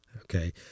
Okay